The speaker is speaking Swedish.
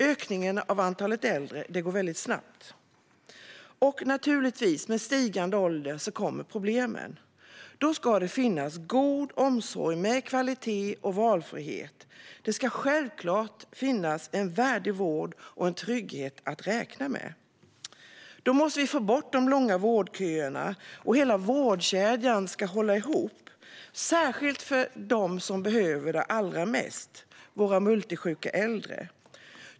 Ökningen av antalet äldre går snabbt. Naturligtvis kommer med stigande ålder problemen. Då ska det finnas god omsorg med kvalitet och valfrihet. Det ska självklart finnas en värdig vård och en trygghet att räkna med. Då måste vi få bort de långa vårdköerna, och hela vårdkedjan ska hålla ihop - särskilt för dem som behöver den allra mest, det vill säga våra multisjuka äldre.